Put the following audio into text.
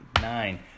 nine